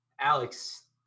Alex